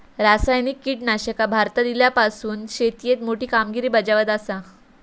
रासायनिक कीटकनाशका भारतात इल्यापासून शेतीएत मोठी कामगिरी बजावत आसा